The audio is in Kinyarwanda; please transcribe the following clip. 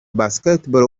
basketball